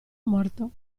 morto